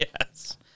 Yes